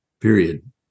period